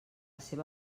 seva